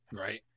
Right